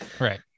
right